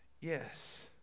Yes